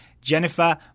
Jennifer